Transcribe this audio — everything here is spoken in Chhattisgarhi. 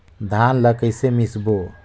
धान ला कइसे मिसबो?